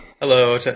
Hello